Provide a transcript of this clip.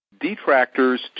detractors